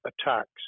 attacks